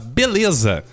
beleza